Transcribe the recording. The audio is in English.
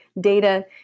data